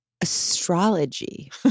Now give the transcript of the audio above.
astrology